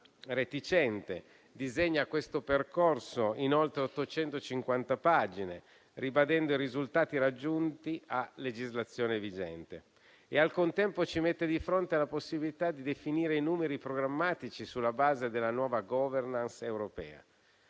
reticente, disegna questo percorso in oltre 850 pagine, ribadendo i risultati raggiunti a legislazione vigente, e al contempo ci mette di fronte alla possibilità di definire i numeri programmatici sulla base della nuova *governance* europea.